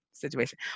Situation